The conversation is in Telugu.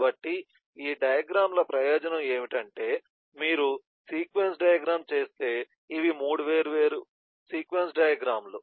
కాబట్టి ఈ డయాగ్రమ్ ల ప్రయోజనం ఏమిటంటే మీరు సీక్వెన్స్ డయాగ్రమ్ చేస్తే ఇవి 3 వేర్వేరు సీక్వెన్స్ డయాగ్రమ్ లు